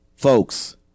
Folks